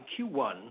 Q1